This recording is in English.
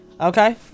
Okay